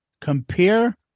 compare